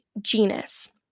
genus